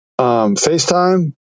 FaceTime